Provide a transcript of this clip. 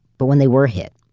but when they were hit,